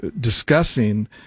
discussing